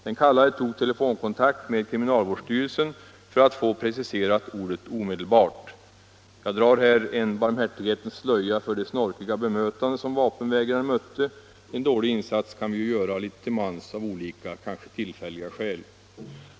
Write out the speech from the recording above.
Den kallade tog telefonkontakt med kriminalvårdsstyrelsen för att få en precisering av ordet ”omedelbart”. Jag drar här en barmhärtighetens slöja över det snorkiga bemötande som vapenvägraren fick — en dålig insats kan vi göra litet till mans av olika, kanske tillfälliga, skäl.